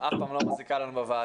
שאף פעם לא מזיקה לנו בוועדה.